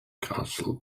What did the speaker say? castle